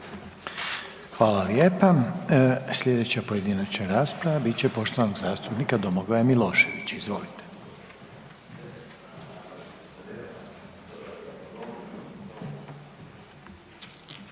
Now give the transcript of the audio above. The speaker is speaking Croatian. Hvala lijepa. Sljedeća pojedinačna rasprava bit će poštovanog zastupnika Miroslava Škore i